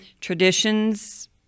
Traditions